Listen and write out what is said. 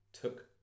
took